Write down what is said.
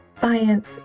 science